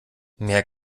mehr